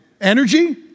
energy